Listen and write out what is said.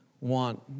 want